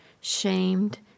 shamed